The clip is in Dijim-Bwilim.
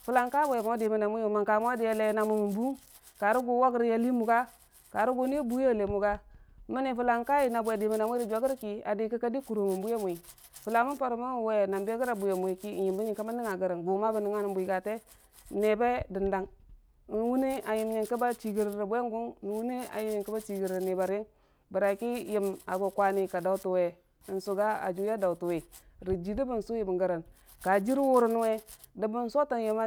Fula kaa bwe mo do mənna nwiyʊ mə kaa mo a dəyale na mumən na mu mən buwung kari ghu vaʊri a limu ga? karə guya buri a lir mʊ ga? mənni fʊlla ka'a na bwe a dəmən mwi rə dwagər ki adə kəka də kʊlo mən bwi ya mwi fulla mən kau mo mən wʊ na begəra bwi ya mʊki n'yəmbe yənki bən nəngnga gəring kube bə nəngnga mən bwi gate neebe dəndang nən wune a yəm yingkə ba chigering rə bwe guwung, vune a yəm yara ki ba chirə niibari yəng, bəraki yəm a gʊi kwani ka dautən we n'suga a juwi ya dautonwi rə jən də bən su yəm gərən ka jər warən we dəban sotən yəmmani.